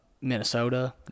Minnesota